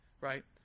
right